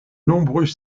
nombreux